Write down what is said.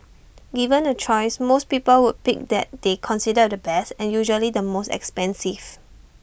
given A choice most people would pick that they consider the best and usually the most expensive